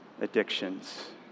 Addictions